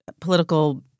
political